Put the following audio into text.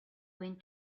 went